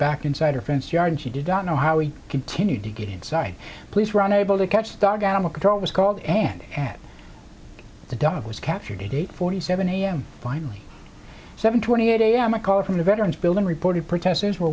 back inside her fenced yard and she did not know how he continued to get inside police run able to catch the dog animal control was called hand and the dog was captured eight forty seven a m finally seven twenty eight a m a call from the veterans building reported protesters were